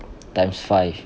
times five